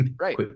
Right